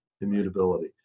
immutability